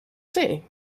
see